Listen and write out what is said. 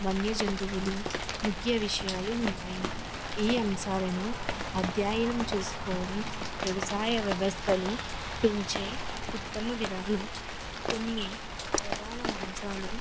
వన్య జంతువులు ముఖ్య విషయాలు ఉంటాయి ఈ అంశాలను అధ్యాయనం చేసుకోవడం వ్యవసాయ వ్యవస్థలు పెంచే ఉత్తమ విధానం కొన్ని ప్రధాన అంశాలు